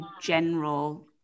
general